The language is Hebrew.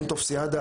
אין טופסיאדה,